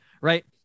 Right